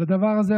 על הדבר הזה,